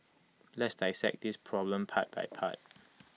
let's dissect this problem part by part